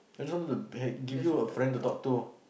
I just wanted to h~ give you a friend to talk to